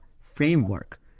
framework